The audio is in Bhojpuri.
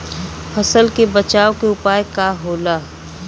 फसल के बचाव के उपाय का होला?